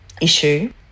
issue